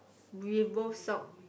we both sock